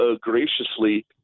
graciously